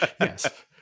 Yes